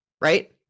right